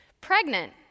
Pregnant